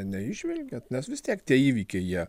neįžvelgiat nes vis tiek tie įvykiai jie